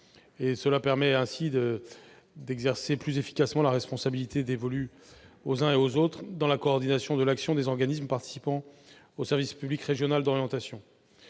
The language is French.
Cela permet ainsi d'exercer plus efficacement la responsabilité dévolue aux uns et aux autres dans la coordination de l'action des organismes participant au service public régional de l'orientation.